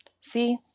See